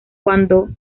cuando